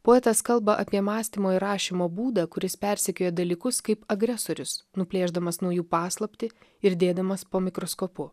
poetas kalba apie mąstymo ir rašymo būdą kuris persekioja dalykus kaip agresorius nuplėšdamas nuo jų paslaptį ir dėdamas po mikroskopu